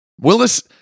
Willis